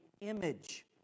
image